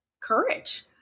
courage